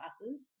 classes